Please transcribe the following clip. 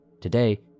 Today